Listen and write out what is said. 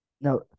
No